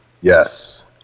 Yes